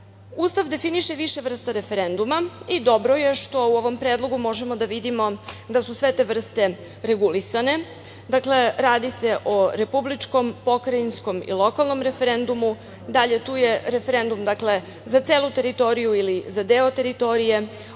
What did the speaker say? definiše više vrsta referenduma i dobro je što u ovom predlogu možemo da vidimo da su sve te vrste regulisane. Dakle, radi se o republičkom, pokrajinskom i lokalnom referendumu. Dalje, tu je referendum za celu teritoriju ili za deo teritorije,